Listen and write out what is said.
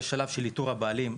יש שלב של איתור הבעלים,